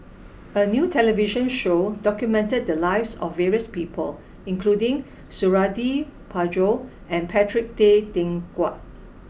a new television show documented the lives of various people including Suradi Parjo and Patrick Tay Teck Guan